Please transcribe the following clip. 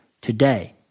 today